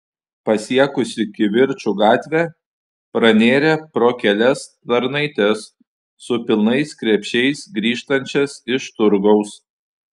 pasiekusi kivirčų gatvę pranėrė pro kelias tarnaites su pilnais krepšiais grįžtančias iš turgaus